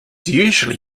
usually